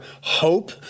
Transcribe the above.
hope